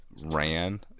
ran